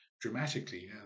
dramatically